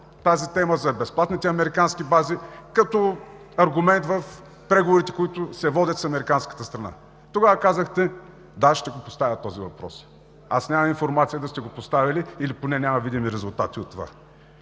ли темата за безплатните американски бази като аргумент в преговорите, които се водят с американската страна? Тогава казахте: „Да, ще го поставя този въпрос.“ Аз нямам информация да сте го поставили или поне няма видими резултати от това.